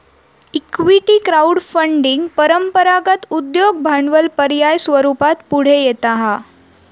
equity crowdfunding परंपरागत उद्योग भांडवल पर्याय स्वरूपात पुढे येता हा